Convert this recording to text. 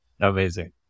Amazing